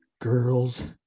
girls